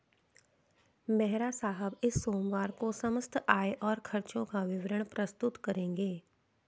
मेहरा साहब इस सोमवार को समस्त आय और खर्चों का विवरण प्रस्तुत करेंगे